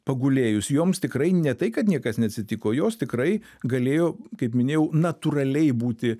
pagulėjus joms tikrai ne tai kad niekas neatsitiko jos tikrai galėjo kaip minėjau natūraliai būti